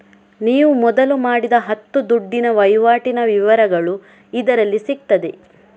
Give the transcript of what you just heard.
ನೀವು ಮೊದಲು ಮಾಡಿದ ಹತ್ತು ದುಡ್ಡಿನ ವೈವಾಟಿನ ವಿವರಗಳು ಇದರಲ್ಲಿ ಸಿಗ್ತದೆ